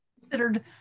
considered